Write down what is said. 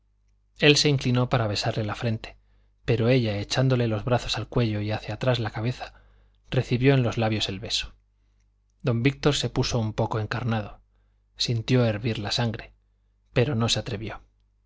él se inclinó para besarle la frente pero ella echándole los brazos al cuello y hacia atrás la cabeza recibió en los labios el beso don víctor se puso un poco encarnado sintió hervir la sangre pero no se atrevió